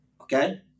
Okay